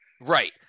Right